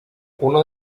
uno